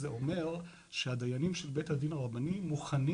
האישור אומר שהדיינים של בית הדין הרבני מוכנים